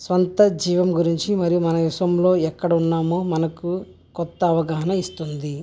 సొంత జీవం గురించి మరియు మన విశ్వంలో ఎక్కడున్నామో మనకు కొత్త అవగాహన ఇస్తుంది